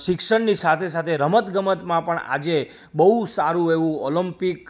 શિક્ષણની સાથે સાથે રમતગમતમાં પણ આજે બહુ સારું એવું ઓલમ્પિક